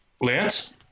Lance